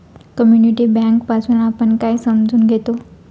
Community bank पासुन आपण काय समजून घेतो?